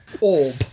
orb